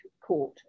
court